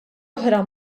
oħra